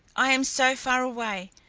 i am so far away.